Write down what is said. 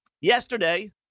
Yesterday